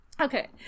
Okay